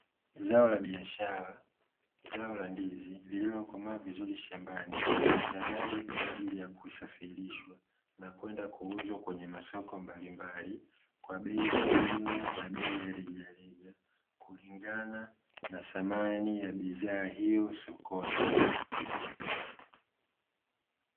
Zao la biashara, zao la ndizi lililokomaa vizuri shambani tayari kwa ajili ya kusafirishwa na kwenda kuuzwa kwenye masoko mbalimbali, kwa bei ya jumla na bei ya rejareja kulingana na thamani ya bidhaa hiyo sokoni.